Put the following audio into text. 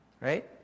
Right